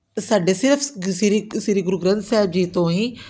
ਸਾਡੇ ਸਿਰਫ ਸ਼੍ਰੀ ਸ਼੍ਰੀ ਗੁਰੂ ਗ੍ਰੰਥ ਸਾਹਿਬ ਜੀ ਤੋਂ ਹੀ